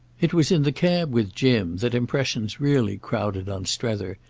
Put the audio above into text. it was in the cab with jim that impressions really crowded on strether,